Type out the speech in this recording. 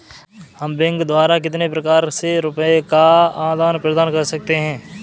हम बैंक द्वारा कितने प्रकार से रुपये का आदान प्रदान कर सकते हैं?